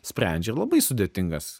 sprendžia labai sudėtingas